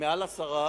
מעל עשר,